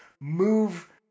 move